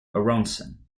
aronson